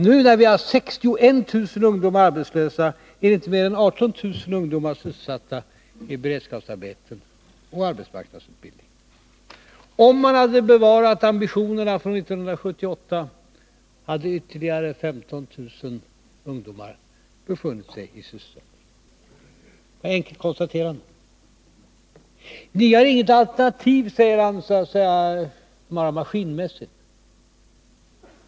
Nu, när vi har 61 000 ungdomar arbetslösa, är inte mer än 18 000 ungdomar sysselsatta i beredskapsarbeten och arbetsmarknadsutbildning. Men om man hade bevarat ambitionerna från 1978 hade ytterligare 15 000 ungdomar befunnit sig i sysselsättning. Det är också ett enkelt konstaterande. Ni har inget alternativ, säger man rent maskinmässigt.